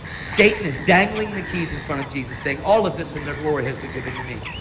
satan is dangling the keys in front of jesus saying all of this and their glory has been given to me,